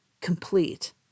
complete